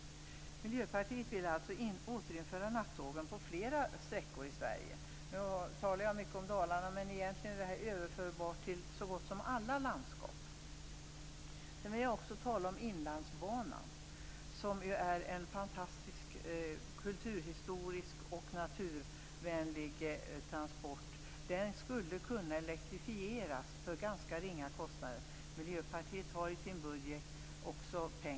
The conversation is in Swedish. Miljöpartiet vill alltså återinföra nattågen på flera sträckor i Sverige. Nu talar jag mycket om Dalarna, men resonemanget är egentligen överförbart till så gott som alla landskap. Jag vill också tala om Inlandsbanan, som är en kulturhistoriskt fantastisk och naturvänlig transport. Den skulle kunna elektrifieras för en ganska ringa kostnad. Miljöpartiet har i sin budget också pengar för detta.